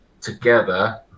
together